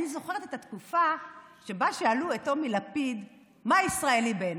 אני זוכרת את התקופה שבה שאלו את טומי לפיד: מה ישראלי בעיניך?